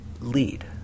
lead